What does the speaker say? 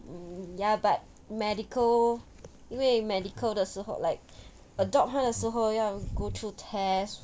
um ya but medical 因为 medical 的时候 like a dog 他的时候要 go through tests